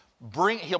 bring